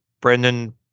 Brendan